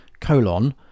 colon